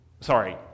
Sorry